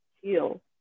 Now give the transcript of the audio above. heal